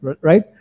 right